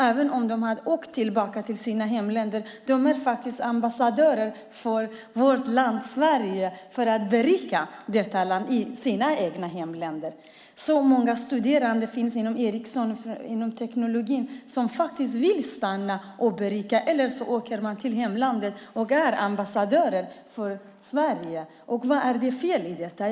Även om de skulle åka tillbaka till sina hemländer är de faktiskt ambassadörer för vårt land Sverige. De berikar sina hemländer. Det finns många studenter inom teknologi, till exempel inom Ericsson, som vill stanna, eller så åker de till sina hemländer och är ambassadörer för Sverige. Vad är det för fel i detta?